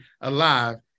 alive